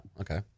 okay